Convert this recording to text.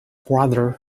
brother